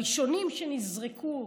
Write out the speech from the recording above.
הראשונים שנזרקו,